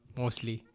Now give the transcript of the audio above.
mostly